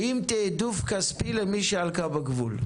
עם תיעדוף כספי למי שעל קו הגבול?